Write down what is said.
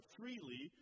freely